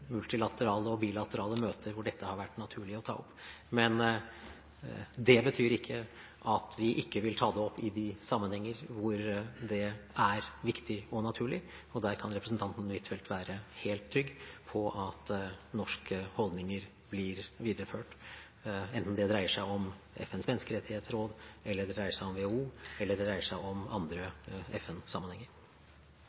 multilaterale og bilaterale møter dette har vært naturlig å ta opp. Men det betyr ikke at vi ikke vil ta det opp i de sammenhenger hvor det er viktig og naturlig, og der kan representanten Huitfeldt være helt trygg på at norske holdninger blir videreført, enten det dreier seg om FNs menneskerettighetsråd, om WHO eller